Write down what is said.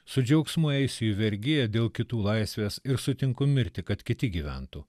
su džiaugsmu eisiu į vergiją dėl kitų laisvės ir sutinku mirti kad kiti gyventų